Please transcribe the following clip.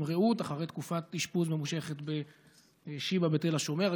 רעות אחרי תקופת אשפוז ממושכת בשיבא בתל השומר.